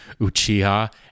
Uchiha